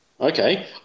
Okay